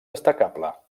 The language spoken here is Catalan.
destacable